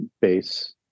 base